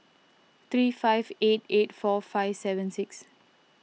three five eight eight four five seven six